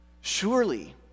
Surely